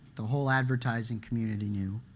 the whole advertising community knew.